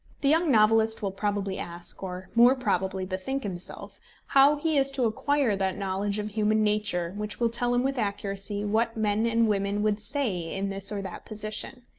the young novelist will probably ask, or more probably bethink himself how he is to acquire that knowledge of human nature which will tell him with accuracy what men and women would say in this or that position.